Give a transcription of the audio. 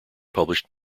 published